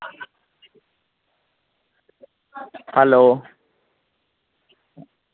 hello